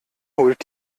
holt